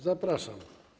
Zapraszam.